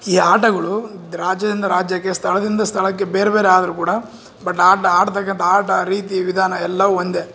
ಈ ಆಟಗಳು ರಾಜ್ಯದಿಂದ ರಾಜ್ಯಕ್ಕೆ ಸ್ಥಳದಿಂದ ಸ್ಥಳಕ್ಕೆ ಬೇರೆ ಬೇರೆ ಆದರೂ ಕೂಡ ಬಟ್ ಆಟ ಆಡ್ತಕ್ಕಂಥ ಆಟ ರೀತಿ ವಿಧಾನ ಎಲ್ಲ ಒಂದೇ